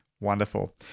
Wonderful